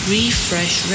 Refresh